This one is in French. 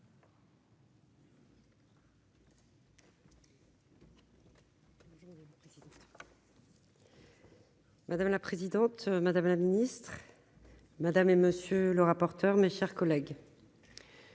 Madame la présidente, madame la Ministre, méthane et messieurs les rapporteurs, mes chers collègues,